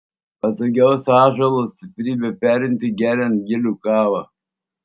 patogiausia ąžuolo stiprybę perimti geriant gilių kavą